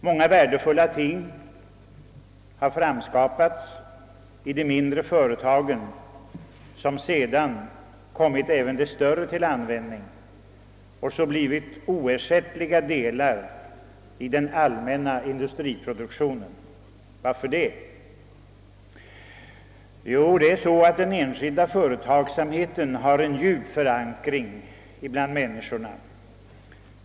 Många värdefulla ting har framskapats i de mindre företagen som sedan kommit även de större till nytta och blivit oersättliga delar i den allmänna industriproduktionen. Varför det? Jo, det är så att den enskilda företagsamheten har en djup förankring bland människorna.